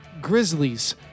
Grizzlies